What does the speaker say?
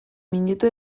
minutu